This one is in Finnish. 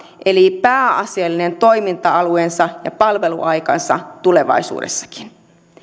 eli pääasiallinen toiminta alueensa ja palveluaikansa tulevaisuudessakin